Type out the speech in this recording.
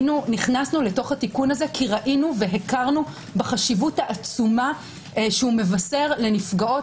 נכנסנו לתיקון הזה כי ראינו והכרנו בחשיבות העצומה שהוא מבשר לנפגעות